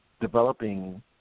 developing